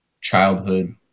childhood